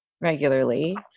regularly